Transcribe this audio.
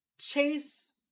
Chase